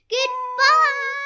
Goodbye